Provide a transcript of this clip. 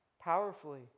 powerfully